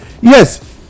Yes